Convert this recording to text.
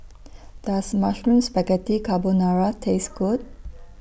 Does Mushroom Spaghetti Carbonara Taste Good